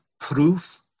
proof